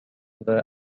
were